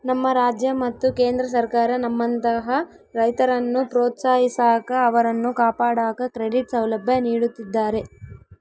ನಮ್ಮ ರಾಜ್ಯ ಮತ್ತು ಕೇಂದ್ರ ಸರ್ಕಾರ ನಮ್ಮಂತಹ ರೈತರನ್ನು ಪ್ರೋತ್ಸಾಹಿಸಾಕ ಅವರನ್ನು ಕಾಪಾಡಾಕ ಕ್ರೆಡಿಟ್ ಸೌಲಭ್ಯ ನೀಡುತ್ತಿದ್ದಾರೆ